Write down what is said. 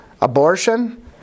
abortion